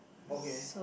okay